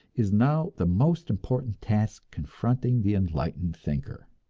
is now the most important task confronting the enlightened thinker.